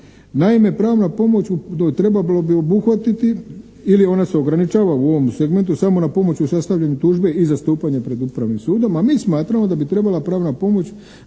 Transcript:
Naime pravna pomoć trebala bi obuhvatiti ili ona se ograničava u ovom segmentu samo na pomoć u sastavljanju tužbe i zastupanje pred upravnim sudom, a mi smatramo da bi trebala pravna pomoć